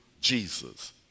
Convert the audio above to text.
Jesus